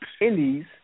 Indies